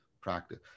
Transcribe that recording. practice